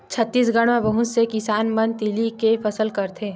छत्तीसगढ़ म बहुत से किसान मन तिली के फसल करथे